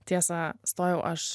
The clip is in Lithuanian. tiesa stojau aš